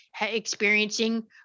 experiencing